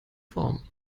formen